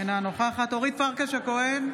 אינה נוכחת אורית פרקש הכהן,